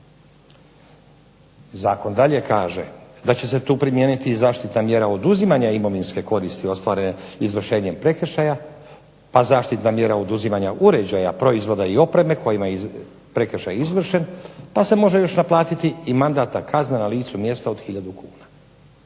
Zakon dalje kaže da će se tu primijeniti zaštitna mjera oduzimanja imovinske koristi ostvarene izvršenjem prekršaja a zaštitna mjera oduzimanja uređaja, proizvoda i opreme kojima prekršaj izvršen, pa se može još naplatiti mandatna kazna na licu mjesto od tisuću kuna.